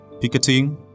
picketing